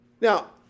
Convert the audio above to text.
Now